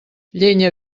llenya